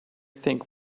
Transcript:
think